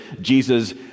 Jesus